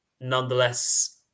nonetheless